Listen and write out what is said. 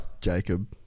Jacob